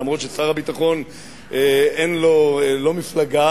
אף ששר הביטחון אין לו לא מפלגה,